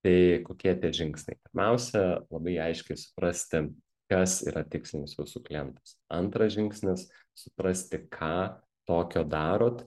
tai kokie tie žingsniai pirmiausia labai aiškiai suprasti kas yra tikslinis jūsų klientas antras žingsnis suprasti ką tokio darot